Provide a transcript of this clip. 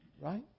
Right